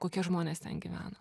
kokie žmonės ten gyvena